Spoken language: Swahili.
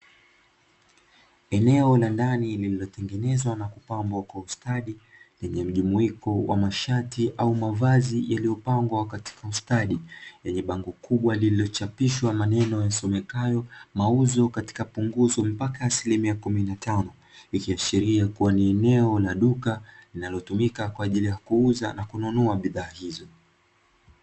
Eneo la ndani lililotengenezwa na kupambwa kwa ustadi, lenye mjumuiko wa mashati au mavazi yaliyopangwa katika ustadi, yenye bango kubwa lililochapishwa maneno yasomekayo "mauzo katika punguzo mpaka asilimia kumi na tano". Ikiashiria kuwa ni eneo la duka linalotumika kwa ajili ya kuuza na kununua bidhaa hizo.